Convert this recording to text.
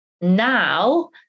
Now